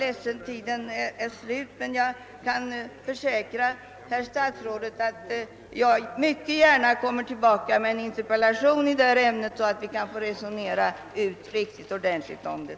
Min tid är ute, men jag kan försäkra herr statsrådet att jag mycket gärna återkommer med en interpellation i detta ämne, så att vi kan få tala ut riktigt ordentligt om det.